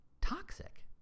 toxic